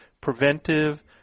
preventive